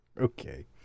Okay